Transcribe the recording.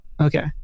Okay